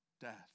death